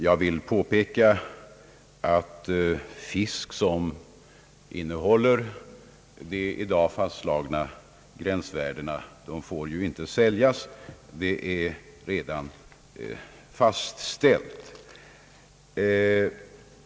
Jag vill påpeka att fisk som innehåller kvicksilvermängder över de nu fastslagna gränsvärdena inte får säljas; detta är redan fastställt.